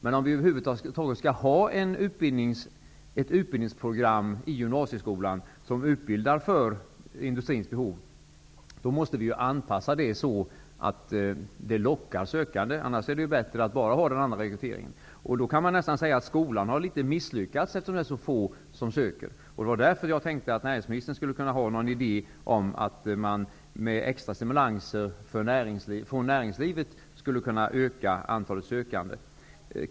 Men om man över huvud taget skall ha ett utbildningsprogram i gymnasieskolan som utbildar för industrins behov, måste man anpassa det så att det lockar sökande. Annars är det bättre att bara ha den andra rekryteringen. Man kan säga att skolan har misslyckats, eftersom så få söker. Jag tänkte att näringsministern skulle kunna ha någon idé om hur man genom extra stimulanser från näringslivet kunde öka antalet sökande.